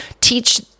teach